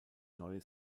neue